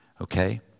Okay